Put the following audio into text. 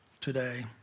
today